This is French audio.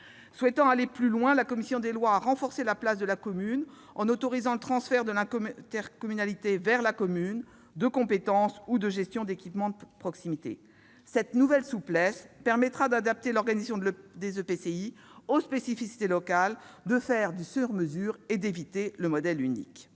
Souhaitant aller plus loin, la commission des lois a renforcé la place de la commune, en autorisant le transfert de l'intercommunalité vers la commune de compétences ou de la gestion d'équipements de proximité. Cette nouvelle souplesse permettra d'adapter l'organisation des EPCI aux spécificités locales, de faire du sur-mesure et d'éviter le modèle unique.